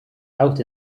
out